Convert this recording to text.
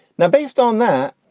now, based on that,